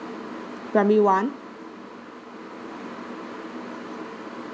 primary one